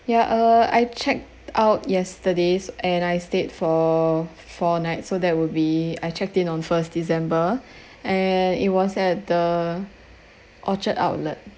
ya uh I check out yesterdays and I stayed for four nights so that would be I checked in on first december and it was at the orchard outlet